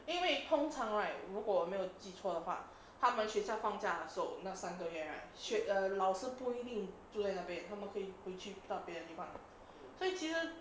因为通常 right 如果没有记错的话他们学校放假 so 那三个月 right 学老师不一定住在那边他们可以回去到别的地方所以其实